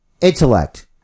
intellect